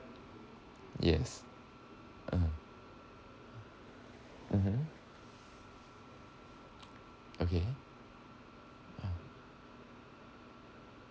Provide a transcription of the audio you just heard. yes (uh huh) mmhmm okay um